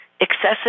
excessive